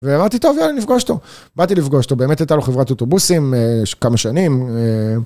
ואמרתי, טוב, יאללה נפגוש אותו. באתי לפגוש אותו, באמת הייתה לו חברת אוטובוסים כמה שנים.